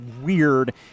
weird